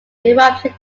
eruption